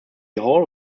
hall